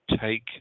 take